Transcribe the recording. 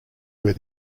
where